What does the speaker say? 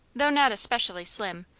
though not especially slim,